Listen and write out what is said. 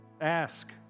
Ask